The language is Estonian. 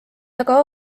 aga